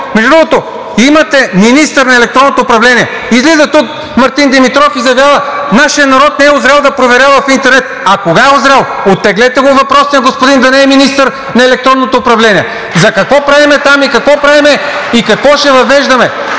Между другото, имате министър на електронното управление. Излиза тук Мартин Димитров и заявява: „Нашият народ не е узрял да проверява в интернет.“ А кога е узрял? Оттеглете го въпросния господин да не е министър на електронното управление. За какво правим там и какво ще въвеждаме?